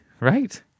right